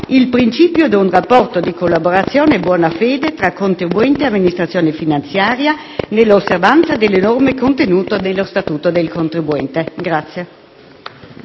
il principio di un rapporto di collaborazione e buona fede tra contribuente e amministrazione finanziaria nell'osservanza delle norme contenute nello Statuto del contribuente.